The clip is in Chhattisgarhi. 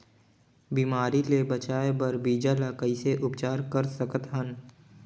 बिमारी ले बचाय बर बीजा ल कइसे उपचार कर सकत हन?